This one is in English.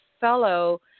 fellow